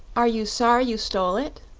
are you sorry you stole it?